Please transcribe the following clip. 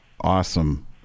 Awesome